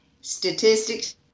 statistics